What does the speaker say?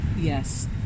Yes